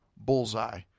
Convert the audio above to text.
bullseye